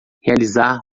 realizar